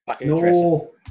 No